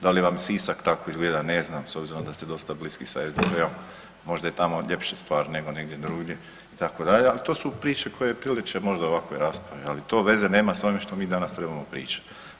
Da li vam Sisak tako izgleda ne znam s obzirom da ste dosta bliski s SDP-om možda je tamo ljepša stvar nego negdje drugdje itd., ali to su priče koje priliče možda ovakvoj raspravi, ali to veze nema s ovim što mi danas trebamo pričati.